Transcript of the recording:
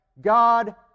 God